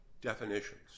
definitions